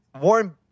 Warren